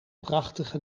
prachtige